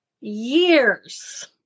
years